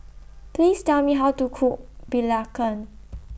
Please Tell Me How to Cook Belacan